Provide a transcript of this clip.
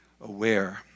aware